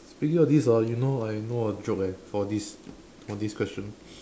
speaking of this lor you know you know a joke right for this for this question